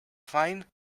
fine